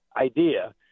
idea